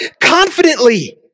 confidently